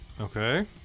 Okay